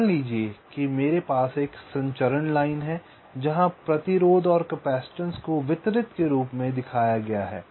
मान लीजिए कि मेरे पास एक संचरण लाइन है जहां प्रतिरोध और कैपेसिटेंस को वितरित के रूप में दिखाया गया है